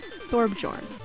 Thorbjorn